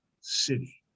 city